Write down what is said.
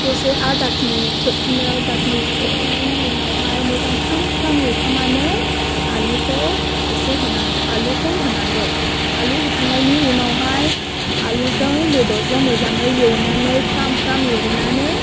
दसे आरो दाखिनि खोबफिनो दाखिनिजों खोबखांनायनि उनावहाय मोजां फ्राम फ्राम एवखांनानै आलुखौ एसे होनांगौ आलुखौ होनांगौ आलु होखांनायनि उनावहाय आलुजों बेदरजों मोजाङै एवनानै फ्राम फ्राम एवनानै